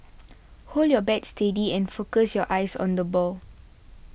hold your bat steady and focus your eyes on the ball